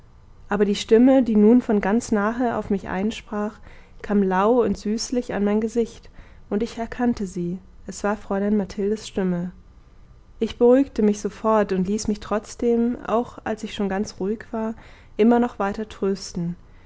aber die stimme die nun von ganz nahe auf mich einsprach kam lau und süßlich an mein gesicht und ich erkannte sie es war fräulein mathildes stimme ich beruhigte mich sofort und ließ mich trotzdem auch als ich schon ganz ruhig war immer noch weiter trösten